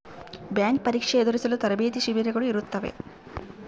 bank ಪರೀಕ್ಷೆ ಎದುರಿಸಲು ತರಬೇತಿ ಶಿಬಿರಗಳು ಇರುತ್ತವೆ